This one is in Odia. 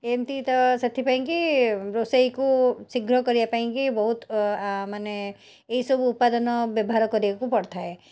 ଏମିତି ତ ସେଥିପାଇଁକି ରୋଷେଇକୁ ଶୀଘ୍ର କରିବା ପାଇଁକି ବହୁତ ଅ ଆ ମାନେ ଏସବୁ ଉପାଦାନ ବ୍ୟବହାର କରିବାକୁ ପଡ଼ିଥାଏ